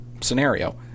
scenario